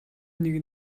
нэгэн